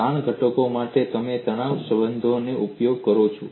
તાણ ઘટકો માટે તમે તાણ તણાવ સંબંધોનો ઉપયોગ કરો છો